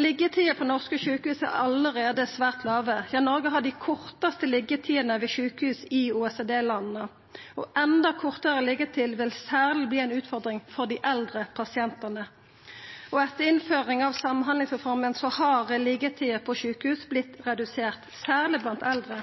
Liggjetidene på norske sjukehus er allereie svært låge. Ja, Noreg har dei kortaste liggjetidene ved sjukehus i OECD-landa. Enda kortare liggjetid vil særleg verta ei utfordring for dei eldre pasientane. Etter innføringa av samhandlingsreforma har liggjetida på sjukehus vorte redusert, særleg blant eldre.